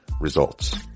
results